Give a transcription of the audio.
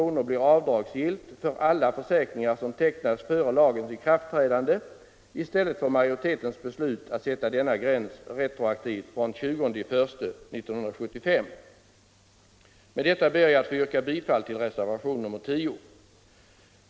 blir enligt mitt yrkande avdragsgillt för alla försäkringar som tecknats före lagens ikraftträdande. Enligt majoritetens förslag skall ju denna gräns gälla retroaktivt från den 20 januari 1975. Med detta ber jag att få yrka bifall till reservationen 10.